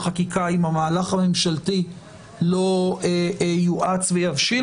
החקיקה אם המאמץ הממשלתי לא יואץ ויבשיל,